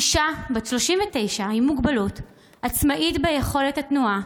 אישה בת 39 עם מוגבלות, עצמאית ביכולת התנועה,